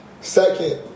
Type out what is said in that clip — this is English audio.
Second